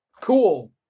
cool